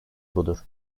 budur